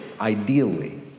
ideally